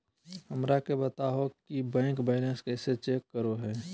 हमरा के बताओ कि बैंक बैलेंस कैसे चेक करो है?